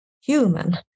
human